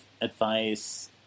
advice